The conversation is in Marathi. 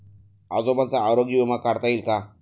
आजोबांचा आरोग्य विमा काढता येईल का?